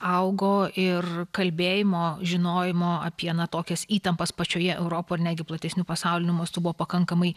augo ir kalbėjimo žinojimo apie na tokias įtampas pačioje europoj ir netgi platesniu pasauliniu mastu buvo pakankamai